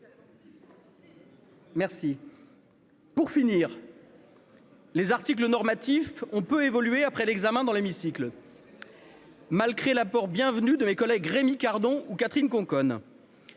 Merci. Pour finir. Les articles normatif on peut évoluer après l'examen, dans l'hémicycle, malgré l'apport bienvenu de mes collègues Rémi Cardon ou Catherine Conconne.